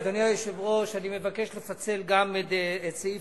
אדוני היושב-ראש, אני מבקש לפצל גם את סעיף